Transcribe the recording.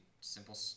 simple